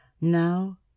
Now